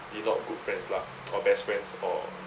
be not good friends lah or best friends or